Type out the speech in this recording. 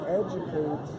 educate